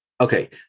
Okay